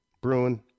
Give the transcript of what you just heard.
Bruin